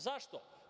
Zašto?